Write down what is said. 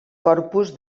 corpus